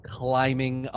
climbing